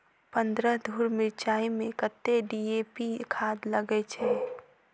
पन्द्रह धूर मिर्चाई मे कत्ते डी.ए.पी खाद लगय छै?